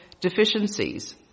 deficiencies